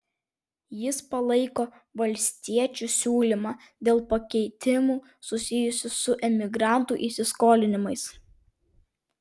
jis palaiko valstiečių siūlymą dėl pakeitimų susijusių su emigrantų įsiskolinimais